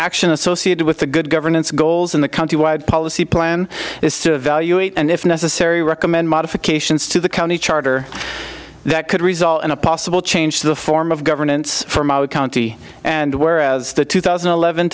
action associated with the good governance goals in the country wide policy plan is to evaluate and if necessary recommend modifications to the county charter that could result in a possible change to the form of governance from our county and whereas the two thousand and eleven